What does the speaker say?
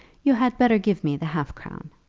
you had better give me the half-crown.